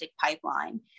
pipeline